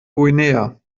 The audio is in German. guinea